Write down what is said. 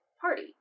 party